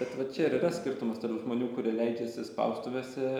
bet vat čia ir yra skirtumas tarp žmonių kurie leidžiasi spaustuvėse